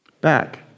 Back